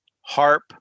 Harp